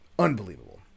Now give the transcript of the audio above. Unbelievable